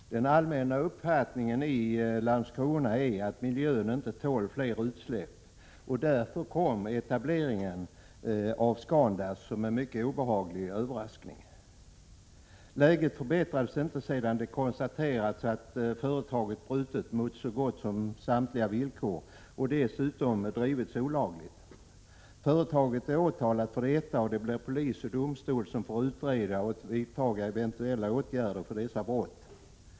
Den allmänna uppfattningen i Landskrona är att miljön inte tål fler utsläpp. Därför kom etableringen av Scandust som en mycket obehaglig överraskning. Läget förbättrades inte sedan det konstaterats att företaget brutit mot så gott som samtliga villkor och dessutom drivits olagligt. Företaget är åtalat för detta. Polis och domstol får nu utreda och vidta eventuella åtgärder för dessa brott.